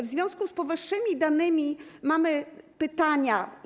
W związku z powyższymi danymi mamy pytania.